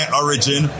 origin